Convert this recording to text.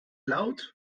laut